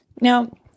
Now